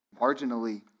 marginally